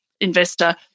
investor